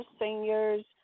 seniors